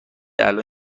الان